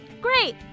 Great